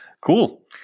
Cool